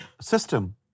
system